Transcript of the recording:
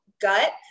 gut